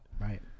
Right